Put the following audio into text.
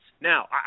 Now